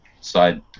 side